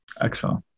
Excellent